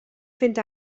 fynd